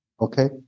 Okay